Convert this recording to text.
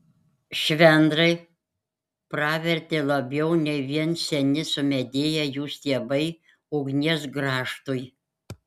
švendrai pravertė labiau nei vien seni sumedėję jų stiebai ugnies grąžtui